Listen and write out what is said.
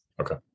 okay